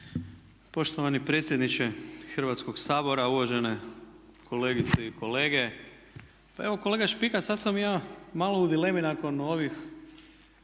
Poštovani predsjedniče Hrvatskog sabora, uvažene kolegice i kolege. Pa evo kolega Špika sad sam ja malo u dilemi nakon ovih